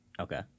Okay